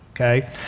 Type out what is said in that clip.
okay